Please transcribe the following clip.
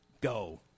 go